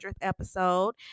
episode